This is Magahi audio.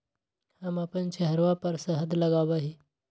हम अपन चेहरवा पर शहद लगावा ही